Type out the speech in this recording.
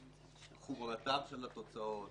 את חומרתן של התוצאות.